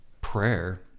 prayer